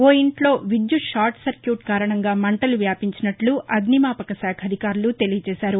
ఓ ఇంట్లో విద్యుత్ షార్ట్సర్యూట్ కారణంగా మంటలు వ్యాపించినట్లు అగ్నిమాపక శాఖ అధికారులు తెలియచేశారు